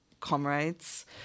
Comrades